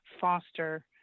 foster